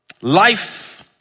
Life